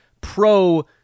pro